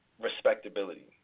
respectability